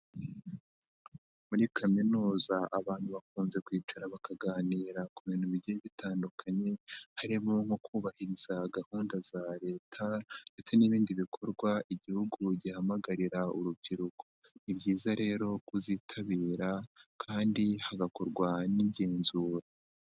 Muri Kaminuza abantu bakunze kwicara bakaganira ku bintu bigiye bitandukanye harimo nko kubahiriza gahunda za Leta ndetse n'ibindi bikorwa igihugu gihamagarira urubyiruko, ni byiza rero kuzitabira kandi hagakorwa n'igenzura.